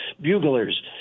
buglers